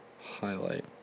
highlight